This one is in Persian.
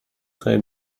خوای